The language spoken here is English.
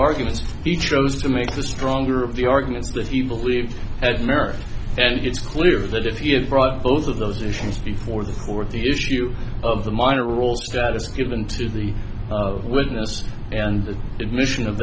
arguments he chose to make the stronger of the arguments that he believed had merit and it's clear that if he had brought both of those issues before the fourth the issue of the minor role status given to the witness and the admission of